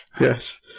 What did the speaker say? Yes